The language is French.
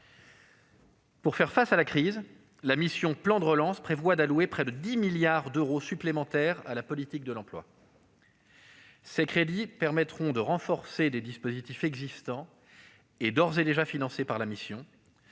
Pour faire face à la crise, la mission « Plan de relance » alloue près de 10 milliards d'euros supplémentaires à la politique de l'emploi. Ces crédits renforceront des dispositifs existants et d'ores et déjà financés par la présente